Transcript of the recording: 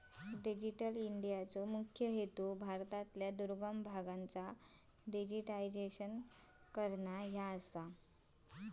digital इंडियाचो मुख्य हेतू भारतातल्या दुर्गम भागांचा डिजिटायझेशन करना ह्यो आसा